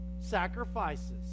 sacrifices